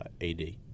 AD